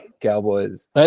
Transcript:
Cowboys